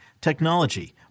technology